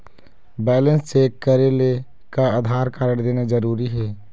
Balance check करेले का Aadhaar card देना जरूरी हे?